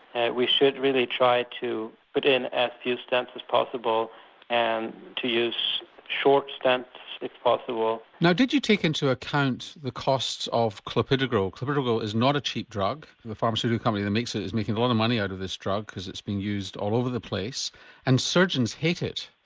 and we should really try to put in as few stents as possible and to use short stents if possible. now did you take into account the cost of clopidogrel? clopidogrel is not a cheap drug, the pharmaceutical company that makes it is making a lot of money out of this drug because it's being used all over the place and surgeons hate it.